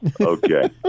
Okay